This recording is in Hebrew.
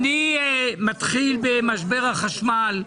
אני מתחיל במשבר החשמל.